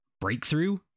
breakthrough